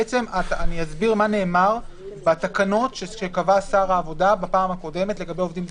אני אסביר מה נאמר בתקנות שקבע שר העבודה בפעם הקודמת לגבי עובדים זרים,